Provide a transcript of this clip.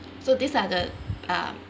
so these are the uh